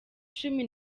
cumi